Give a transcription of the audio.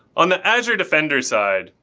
on the azure defender side,